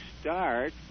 start